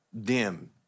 dim